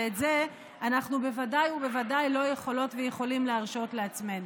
ואת זה אנחנו בוודאי ובוודאי לא יכולות ויכולים להרשות לעצמנו.